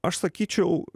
aš sakyčiau